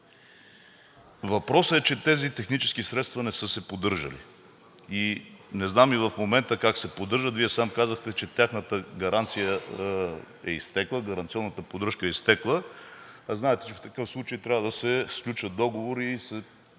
Въпросът е, че тези технически средства не са се поддържали и не знам и в момента как се поддържат. Вие сам казахте, че тяхната гаранция е изтекла, гаранционната поддръжка е изтекла, а знаете, че в такъв случай трябва да се сключат договори и се